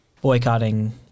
boycotting